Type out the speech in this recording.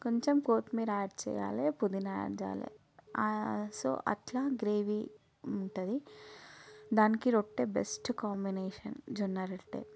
కొంచెం కొత్తిమీర యాడ్ చేయాలి పుదీనా యాడ్ చేయాలి సో అట్లా గ్రేవీ ఉంటుంది దానికి రొట్టె బెస్ట్ కాంబినేషన్ జొన్న రొట్టె